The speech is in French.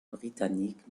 britanniques